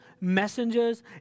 messengers